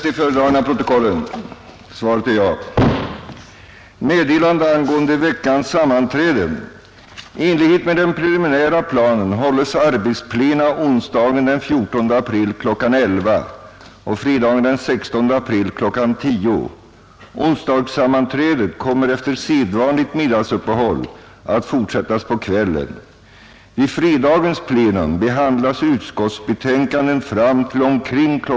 I enlighet med den preliminära planen hålls arbetsplena onsdagen den 14 april kl. 11.00 och fredagen den 16 april kl. 10.00. Onsdagssammanträdet kommer efter sedvanligt middagsuppehåll att fortsättas på kvällen. Vid fredagens plenum behandlas utskottsbetänkanden fram till omkring kl.